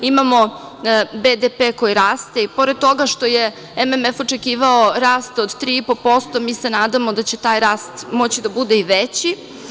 Imamo BDP koji raste i pored toga što je MMF očekivao rast od 3,5%, a mi se nadamo da će taj rast biti veći.